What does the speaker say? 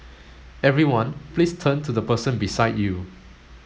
everyone please turn to the person beside you